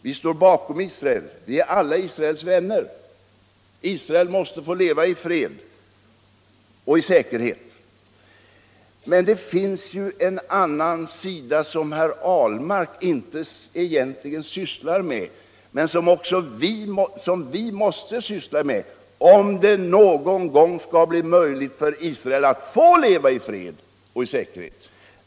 Vi står bakom Israel. Vi är alla Israels vänner. Israel måste få leva i fred och säkerhet. Men det finns en annan sida, som herr Ahlmark inte egentligen sysslar med men som vi måste syssla med, om det någon gång skall bli möjligt för Israel att leva i fred och säkerhet.